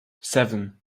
seven